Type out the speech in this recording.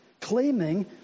claiming